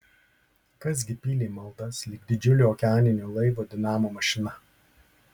kas gi pylė maldas lyg didžiulio okeaninio laivo dinamo mašina